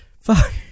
Fuck